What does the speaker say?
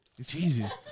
Jesus